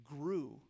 grew